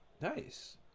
nice